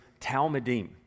Talmudim